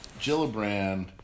Gillibrand